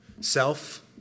self